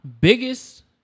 biggest